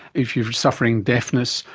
if you are suffering deafness,